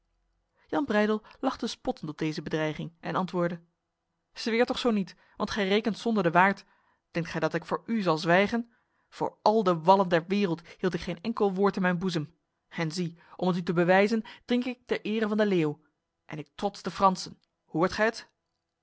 jan breydel lachte spottend op deze bedreiging en antwoordde zweer toch zo niet want gij rekent zonder de waard denkt gij dat ik voor u zal zwijgen voor al de wallen der wereld hield ik geen enkel woord in mijn boezem en zie om het u te bewijzen drink ik ter ere van de leeuw en ik trots de fransen hoort gij het